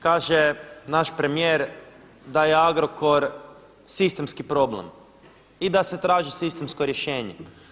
Kaže naš premijer da je Agrokor sistemski problem i da se traži sistemsko rješenje.